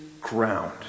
ground